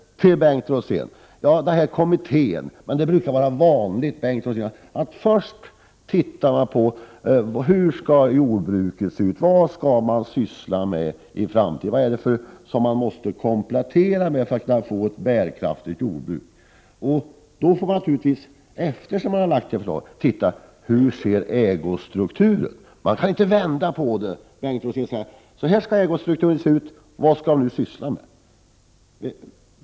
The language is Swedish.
Till Bengt Rosén vill jag säga att det är vanligt att man i en sådan här kommitté först tittar närmare på hur jordbruket skall se ut, vad man skall syssla med i framtiden, vad det är man måste komplettera med för att kunna få ett bärkraftigt jordbruk. Sedan får man naturligtvis titta närmare på hur ägostrukturen ser ut. Man kan inte vända på det och säga: Så här skall ägostrukturen se ut — vad skall jordbruket nu syssla med?